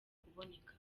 kuboneka